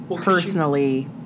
personally